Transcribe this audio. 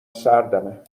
سردمه